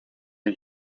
een